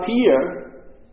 appear